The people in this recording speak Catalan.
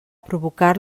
provocar